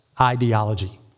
ideology